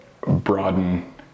broaden